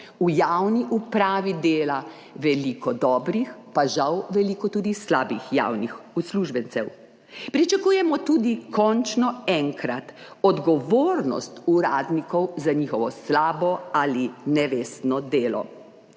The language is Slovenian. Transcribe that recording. V javni upravi dela veliko dobrih pa žal veliko tudi slabih javnih uslužbencev. Pričakujemo tudi, končno enkrat, odgovornost uradnikov za njihovo slabo ali nevestno delo.